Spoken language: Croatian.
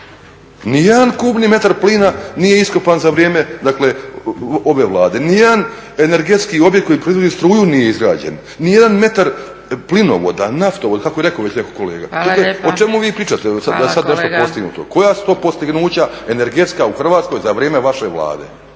Nijedan kubni metar plina nije iskopan za vrijeme ove Vlade, nijedan energetski objekt koji proizvodi struju nije izgrađen, nijedan metar plinovoda, naftovoda, kako je rekao već netko od kolega. O čemu vi pričate da je sad nešto postignuto? Koja su to postignuća energetska u Hrvatskoj za vrijeme vaše Vlade?